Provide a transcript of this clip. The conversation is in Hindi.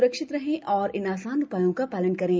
सुरक्षित रहें और इन आसान उपायों का पालन करें